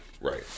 Right